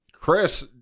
Chris